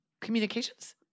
Communications